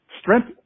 strength